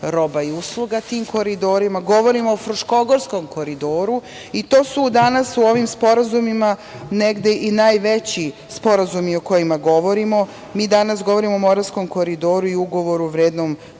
roba i usluga tim koridorima. Govorimo o Fruškogogorskom koridoru i to su danas u ovim sporazumima negde i najveći sporazumi o kojima govorimo. Mi danas govorimo o Moravskom koridoru i ugovoru vrednom 400